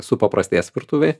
supaprastės virtuvėj